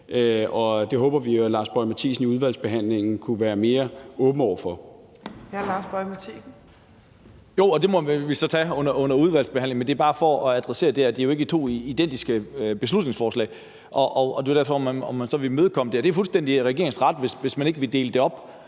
Torp): Hr. Lars Boje Mathiesen. Kl. 15:47 Lars Boje Mathiesen (NB): Jo, og det må vi så tage under udvalgsbehandlingen, men det er bare for at adressere det med, at det ikke er to identiske beslutningsforslag. Og det er fuldstændig regeringens ret, hvis man ikke vil dele det op,